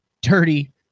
dirty